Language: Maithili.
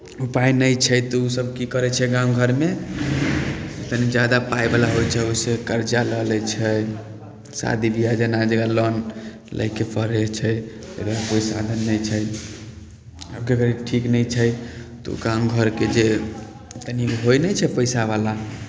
उपाय नहि छै तऽ ओसभ की करै छै गाँव घरमे तनि जादा पाइवला होइ छै ओ से कर्जा लऽ लैत छै शादी ब्याह जेना जे लोन लय के पड़ै छै अगर कोइ साधन नहि छै ठीक नहि छै तऽ ओ गाम घरके जे कनि होइ नहि छै पैसावला